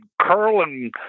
curling